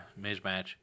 Mismatch